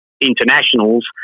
internationals